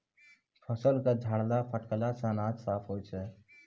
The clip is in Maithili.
फसल क छाड़ला फटकला सें अनाज साफ होय जाय छै